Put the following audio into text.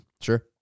Sure